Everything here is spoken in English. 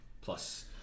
plus